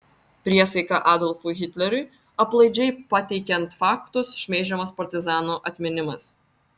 priesaika adolfui hitleriui aplaidžiai pateikiant faktus šmeižiamas partizanų atminimas